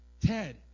Ted